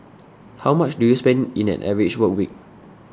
how much do you spend in an average work week